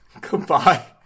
goodbye